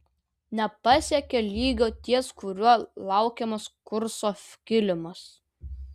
nepasiekė lygio ties kuriuo laukiamas kurso kilimas